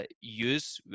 use